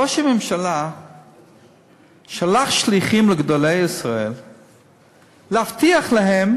ראש הממשלה שלח שליחים לגדולי ישראל להבטיח להם